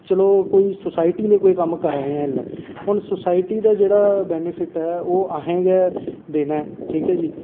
की चलो कोई सोसायटी लेई कम्म करा दे आं इसलै हून सोसायटी दा जेह्ड़ा वेनीफिट ऐ ओह् असें गै देना ऐ ठीक ऐ जी